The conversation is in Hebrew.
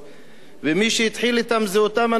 ומי שהתחיל אתם זה אותם אנשים שהיום